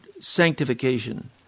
sanctification